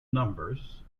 numbers